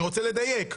אני רוצה לדייק,